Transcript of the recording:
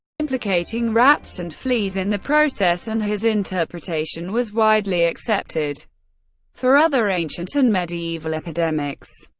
implicating rats and fleas in the process, and his interpretation was widely accepted for other ancient and medieval epidemics,